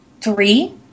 three